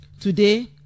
Today